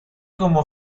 como